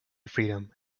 freedom